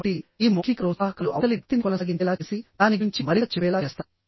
కాబట్టిఈ మౌఖిక ప్రోత్సాహకాలు అవతలి వ్యక్తిని కొనసాగించేలా చేసి దాని గురించి మరింత చెప్పేలా చేస్తాయి